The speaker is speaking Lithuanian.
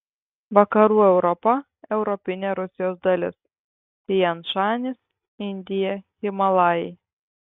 vakarų europa europinė rusijos dalis tian šanis indija himalajai